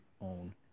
own